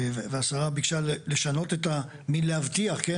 השרה ביקשה לשנות "להבטיח", כן?